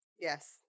Yes